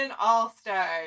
All-Stars